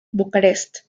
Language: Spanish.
bucarest